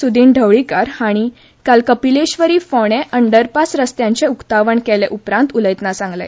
सुदीन ढवळीकर हांणी काल कपिलेश्वरी फोंडे हांगाच्या अंडरपास रस्त्यांचे उक्तावण केले उपरांत उलयताना सांगले